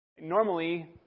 Normally